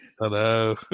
Hello